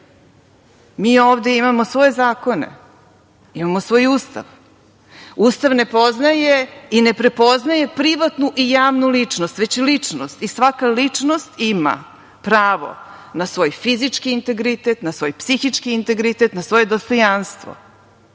Mi ovde imamo svoje zakone, imamo svoj Ustav. Ustav ne poznaje i ne prepoznaje privatnu i javnu ličnost, već ličnost i svaka ličnost ima pravo na svoj fizički integritet, na svoj psihički integritet, na svoje dostojanstvo.